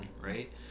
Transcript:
right